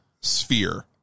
sphere